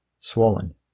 swollen